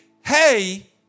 hey